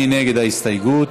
מי נגד ההסתייגות?